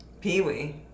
Pee-wee